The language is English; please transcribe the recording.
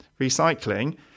Recycling